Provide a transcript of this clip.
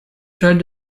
tried